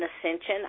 ascension